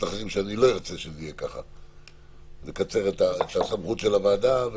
שלא ארצה לקצר את הסמכות של הוועדה.